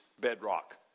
bedrock